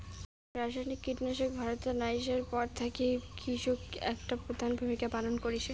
রাসায়নিক কীটনাশক ভারতত আইসার পর থাকি কৃষিত একটা প্রধান ভূমিকা পালন করসে